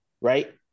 right